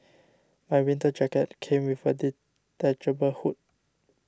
my winter jacket came with a detachable hood